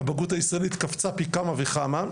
הבגרות הישראלית קפצה פי כמה וכמה.